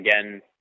again